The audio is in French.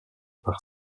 par